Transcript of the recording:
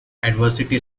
adversity